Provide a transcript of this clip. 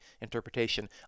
interpretation